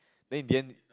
then in the end